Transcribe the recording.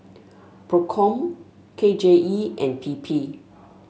Procom K J E and P P